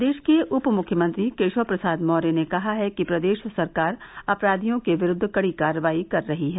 प्रदेश के उप मुख्यमंत्री केशव प्रसाद मौर्य ने कहा है कि प्रदेश सरकार अपराधियों के विरूद्व कड़ी कार्रवाई कर रही है